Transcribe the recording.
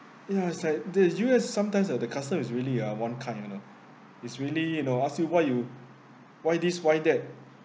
ya it's like the U_S sometimes uh the customs is really ah one kind you know it's really you know ask you why you why this why that